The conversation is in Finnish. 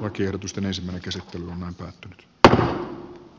lakiehdotusten ensimmäkäsittely antoi hyvä niin